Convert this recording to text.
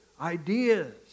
ideas